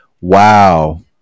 Wow